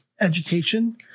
education